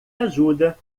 ajuda